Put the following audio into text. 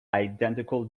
identical